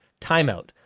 timeout